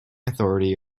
authority